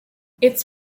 its